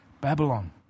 Babylon